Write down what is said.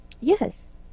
Yes